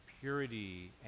purity